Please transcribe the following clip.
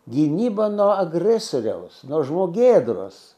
gynyba nuo agresoriaus nuo žmogėdros